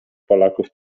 polaków